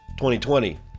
2020